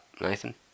Nathan